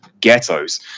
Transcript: ghettos